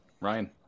ryan